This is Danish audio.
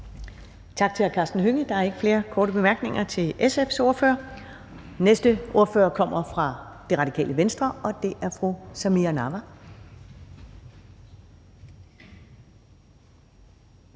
Tak til hr. Karsten Hønge. Der er ikke flere korte bemærkninger til SF's ordfører. Den næste ordfører kommer fra Det Radikale Venstre, og det er fru Samira Nawa.